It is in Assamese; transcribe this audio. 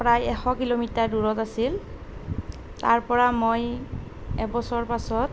প্ৰায় এশ কিলোমিটাৰ দূৰত আছিল তাৰপৰা মই এবছৰৰ পাছত